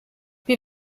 wir